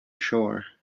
shore